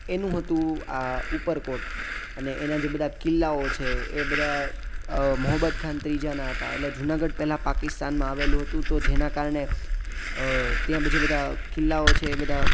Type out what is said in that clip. એનું હતું આ ઉપરકોટ અને એના જે બધા કિલ્લાઓ છે એ બધા મોહબ્બત ખાન ત્રીજાના હતા એટલે જુનાગઢ પહેલાં પાકિસ્તાનમાં આવેલું હતું તો જેના કારણે ત્યાં બીજા બધા કિલ્લાઓ છે એ બધા